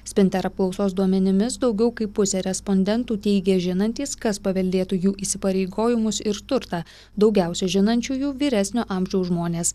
spinter apklausos duomenimis daugiau kaip pusė respondentų teigia žinantys kas paveldėtų jų įsipareigojimus ir turtą daugiausia žinančiųjų vyresnio amžiaus žmonės